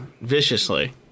viciously